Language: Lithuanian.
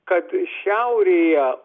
kad šiaurėje